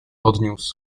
odniósł